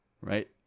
right